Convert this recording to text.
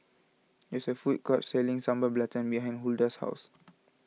there is a food court selling Sambal Belacan behind Hulda's house